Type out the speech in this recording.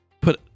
put